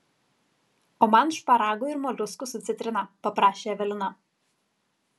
o man šparagų ir moliuskų su citrina paprašė evelina